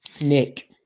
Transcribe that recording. nick